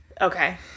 okay